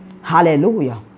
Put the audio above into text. Hallelujah